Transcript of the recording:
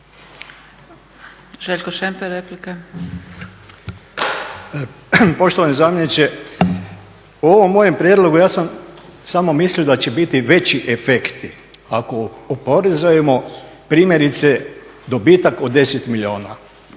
Željko (HSU)** Poštovani zamjeniče, o ovom mojem prijedlogu ja sam samo mislio da će biti veći efekti ako oporezujemo primjerice dobitak od 10 milijuna.